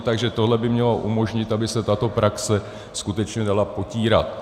Takže tohle by mělo umožnit, aby se tato praxe skutečně dala potírat.